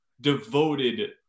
devoted